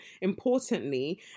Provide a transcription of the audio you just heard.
importantly